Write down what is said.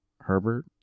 Herbert